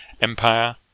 Empire